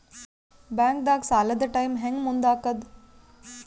ಬ್ಯಾಂಕ್ದಾಗ ಸಾಲದ ಟೈಮ್ ಹೆಂಗ್ ಮುಂದಾಕದ್?